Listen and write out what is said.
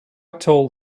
told